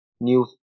new